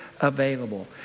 available